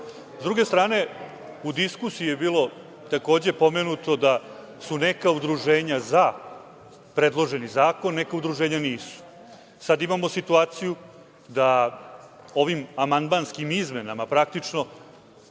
druge strane, u diskusiji je bilo takođe pomenuto da su neka udruženja za predloženi zakon, neka udruženja nisu. Sada imamo situaciju da ovim amandmanskim izmenama, praktično